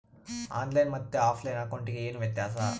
On line ಮತ್ತೆ offline ಅಕೌಂಟಿಗೆ ಏನು ವ್ಯತ್ಯಾಸ?